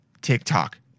TikTok